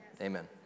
Amen